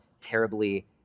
terribly